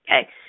Okay